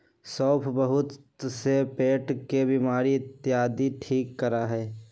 सौंफ बहुत से पेट के बीमारी इत्यादि के ठीक करा हई